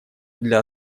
для